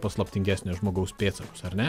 paslaptingesnio žmogaus pėdsakus ar ne